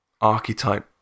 archetype